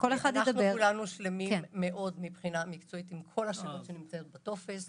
כולנו שלמים מאוד מבחינה מקצועית עם כל השאלות שיש בטופס.